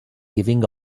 giving